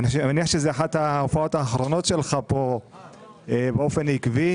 אני מניח שזה אחת ההופעות האחרונות שלך פה באופן עקבי.